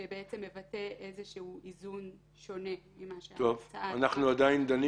שבעצם מבטא איזשהו איזון שונה ממה שההצעה --- אנחנו עדיין דנים